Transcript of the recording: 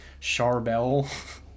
Charbel